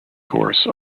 course